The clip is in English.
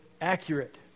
accurate